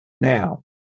Now